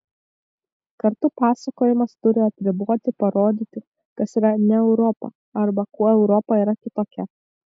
kartu pasakojimas turi atriboti parodyti kas yra ne europa arba kuo europa yra kitokia